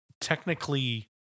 technically